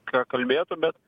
ką kalbėtų bet